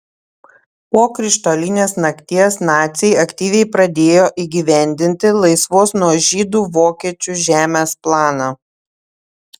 po krištolinės nakties naciai aktyviai pradėjo įgyvendinti laisvos nuo žydų vokiečių žemės planą